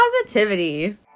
positivity